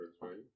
right